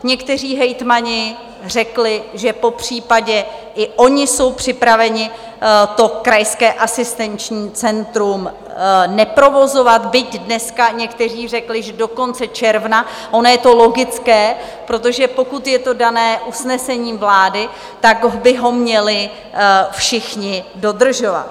Někteří hejtmani řekli, že popřípadě i oni jsou připraveni to krajské asistenční centrum neprovozovat, byť dneska někteří řekli, že do konce června ono je to logické, protože pokud je to dané usnesením vlády, tak by ho měli všichni dodržovat.